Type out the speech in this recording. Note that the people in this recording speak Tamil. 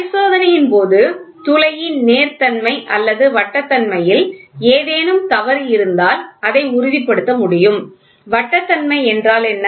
பரிசோதனையின்போது துளையின் நேர் தன்மை அல்லது வட்ட தன்மையில் ஏதேனும் தவறு இருந்தால் அதை உறுதிப்படுத்த முடியும் வட்ட தன்மை என்றால் என்ன